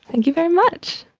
thank you very much.